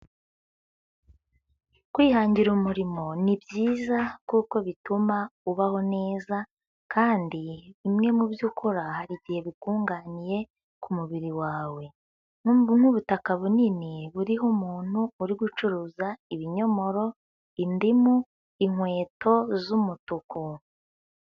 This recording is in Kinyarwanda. Kwihangira umurimo ni byiza kuko bituma ubaho neza kandi bimwe mu byo ukora hari igihe bikunganiye ku mubiri wawe. Nk'ubutaka bunini buriho umuntu uri gucuruza ibinyomoro, indimu, inkweto z'umutuku.